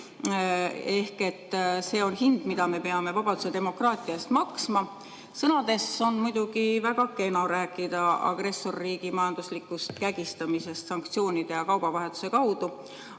Ehk see on hind, mida me peame vabaduse ja demokraatia eest maksma. Sõnades on muidugi väga kena rääkida agressorriigi majanduslikust kägistamisest sanktsioonide ja kaubavahetuse kaudu,